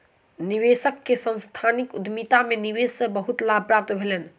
निवेशक के सांस्थानिक उद्यमिता में निवेश से बहुत लाभ प्राप्त भेलैन